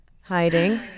Hiding